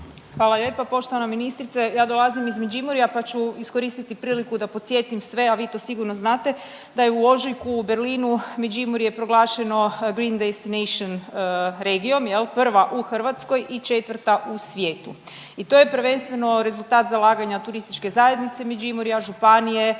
Hvala lijepa. Poštovana ministrice, ja dolazim iz Međimurja pa ću iskoristiti priliku da podsjetim sve, a vi to sigurno znate da je u ožujku u Berlinu Međimurje proglašeno Green Destination regiom jel, prva u Hrvatskoj i četvrta u svijetu i to je prvenstveno rezultat zalaganja TZ Međimurja, županije,